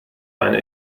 eine